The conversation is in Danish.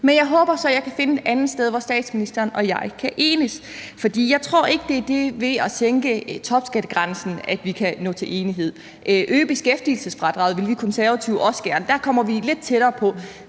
Men jeg håber så, at jeg kan finde et andet sted, hvor statsministeren og jeg kan enes, for jeg tror ikke, det er det med at sænke topskattegrænsen, vi kan nå til enighed om. Øge beskæftigelsesfradraget vil vi Konservative også gerne, og der kommer vi lidt tættere på.